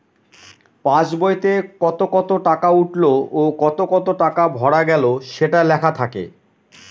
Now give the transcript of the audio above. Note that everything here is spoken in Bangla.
পাস বইতে কত কত টাকা উঠলো ও কত কত টাকা ভরা গেলো সেটা লেখা থাকে